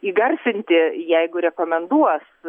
įgarsinti jeigu rekomenduos